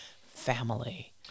family